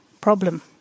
problem